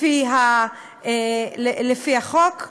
לפי החוק.